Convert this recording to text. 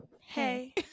Hey